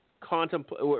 contemplate